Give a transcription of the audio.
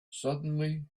suddenly